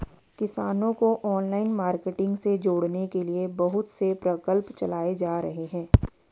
किसानों को online marketing से जोड़ने के लिए बहुत से प्रकल्प चलाए जा रहे हैं